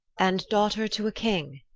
and daughter to a king,